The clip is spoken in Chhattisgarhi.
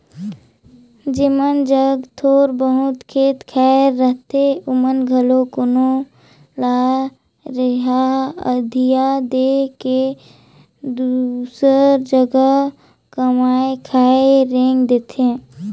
जेमन जग थोर बहुत खेत खाएर रहथे ओमन घलो कोनो ल रेगहा अधिया दे के दूसर जगहा कमाए खाए रेंग देथे